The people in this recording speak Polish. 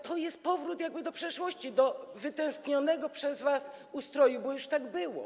To jest powrót do przeszłości, do wytęsknionego przez was ustroju, bo już tak było.